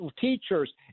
teachers